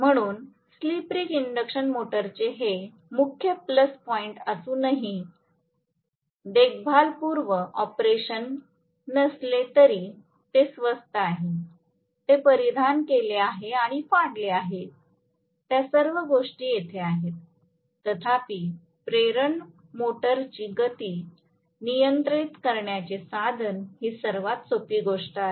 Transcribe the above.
म्हणूनच slip ring induction मोटरचे हे मुख्य प्लस पॉइंट्स असूनही देखभालपूर्व ऑपरेशन नसले तरी ते स्वस्त आहे ते परिधान केले आहे आणि फाडले आहे त्या सर्व गोष्टी तिथे आहेत तथापि प्रेरण मोटरची गती नियंत्रित करण्याचे साधन ही सर्वात सोपी गोष्ट आहे